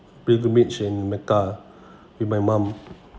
pilgrimage in mecca with my mum